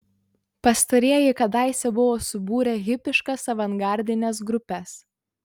pastarieji kadaise buvo subūrę hipiškas avangardines grupes